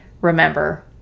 remember